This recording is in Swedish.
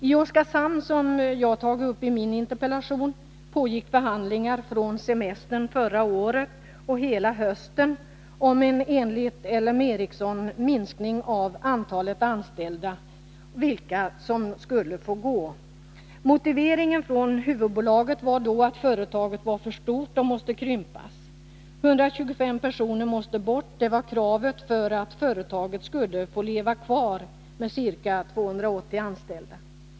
I Oskarshamn, som jag berört i min interpellation, pågick förhandlingar från semestern förra året och hela hösten om vilka som skulle få gå vid en minskning av antalet anställda. Motiveringen från huvudbolaget var då att företaget var för stort och måste krympas. 125 personer måste bort — och det var kravet för att företaget skulle få leva kvar med ca 280 anställda.